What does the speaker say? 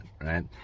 right